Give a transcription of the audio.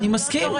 אני מסכים.